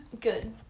good